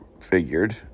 figured